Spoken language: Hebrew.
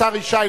השר ישי,